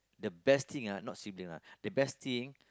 the best thing ah not sibling ah the best thing